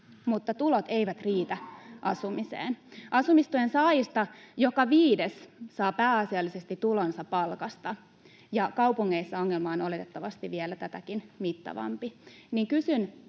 mutta tulot eivät riitä asumiseen. Asumistuen saajista joka viides saa pääasiallisesti tulonsa palkasta, ja kaupungeissa ongelma on oletettavasti vielä tätäkin mittavampi.